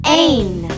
ain